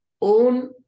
own